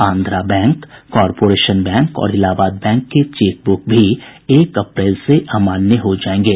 Andhra bank corporation bank और Allahabad bank के cheque book भी एक अप्रैल से अमान्य हो जायेंगे